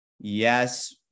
yes